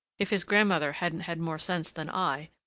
if his grandmother hadn't had more sense than i,